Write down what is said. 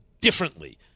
differently